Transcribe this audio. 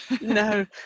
no